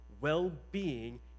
well-being